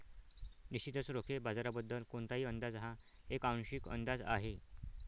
निश्चितच रोखे बाजाराबद्दल कोणताही अंदाज हा एक आंशिक अंदाज आहे